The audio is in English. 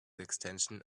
extension